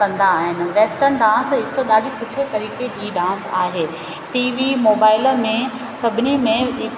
western dance हिकु ॾाढे सुठे तरीके जी डांस आहे टीवी मोबाइल में सभिनी में